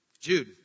Jude